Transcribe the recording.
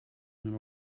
went